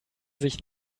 sich